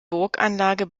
burganlage